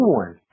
one